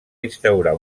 instaurar